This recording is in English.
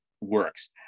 works